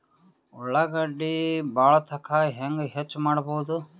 ಉಳ್ಳಾಗಡ್ಡಿ ಬಾಳಥಕಾ ಹೆಂಗ ಹೆಚ್ಚು ಮಾಡಬಹುದು?